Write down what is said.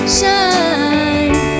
shine